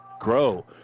Grow